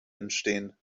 entstehen